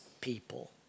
people